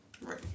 Right